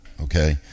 okay